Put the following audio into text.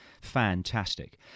fantastic